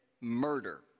murder